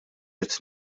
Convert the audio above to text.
qed